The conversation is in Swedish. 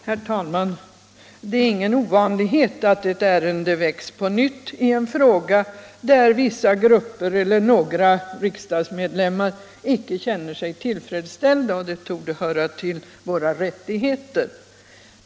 Herr talman! Det är ingen ovanlighet att en motion väcks på nytt i en fråga, där vissa grupper eller några riksdagsledamöter icke känner sig tillfredsställda. Detta torde höra till våra rättigheter.